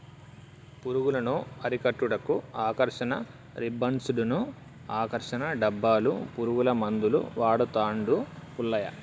పురుగులను అరికట్టుటకు ఆకర్షణ రిబ్బన్డ్స్ను, ఆకర్షణ డబ్బాలు, పురుగుల మందులు వాడుతాండు పుల్లయ్య